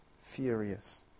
furious